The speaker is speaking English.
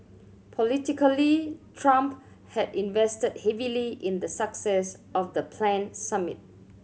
politically Trump had invested heavily in the success of the planned summit